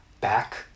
back